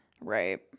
Right